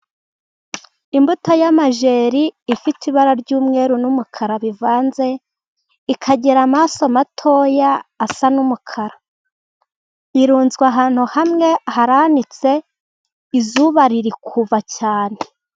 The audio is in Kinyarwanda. Imbuto y'amajeri ifite ibara ry'umweru n'umukara bivanze, igira amaso matoya asa n'umukara, arunzwe ahantu hamwe aranitse, izuba riri kuva cyane.